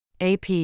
AP